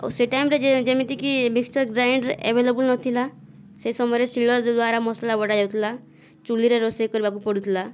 ଆଉ ସେ ଟାଇମରେ ଯେମିତିକି ମିକ୍ସର୍ ଗ୍ରାଇଣ୍ଡର ଆଭେଲେବୁଲ ନଥିଲା ସେ ସମୟରେ ଶୀଳ ଦ୍ୱାରା ମସଲା ବଟା ଯାଉଥିଲା ଚୁଲ୍ଲିରେ ରୋଷେଇ କରିବାକୁ ପଡ଼ୁଥିଲା